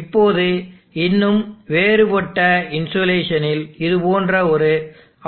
இப்போது இன்னும் வேறுபட்ட இன்சொலேஷனில் இது போன்ற ஒரு